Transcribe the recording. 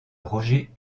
roger